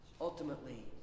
Ultimately